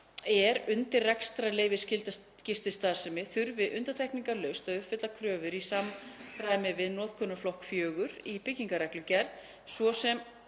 er undir rekstrarleyfisskylda gististarfsemi þurfi undantekningarlaust að uppfylla kröfur í samræmi við notkunarflokk 4 í byggingarreglugerð, svo sem